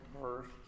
first